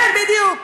כן, בדיוק.